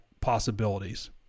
possibilities